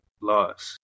loss